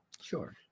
Sure